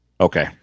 Okay